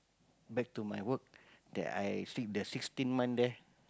back to my work that I the sixteen month there